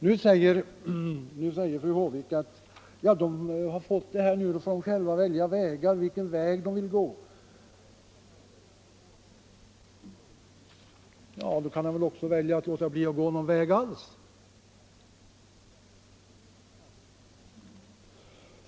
Nu säger fru Håvik att kommittén själv får välja vilken väg den vill gå. I så fall kan den väl också välja att låta bli att gå någon väg alls.